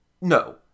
No